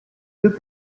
deux